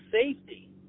safety